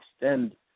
extend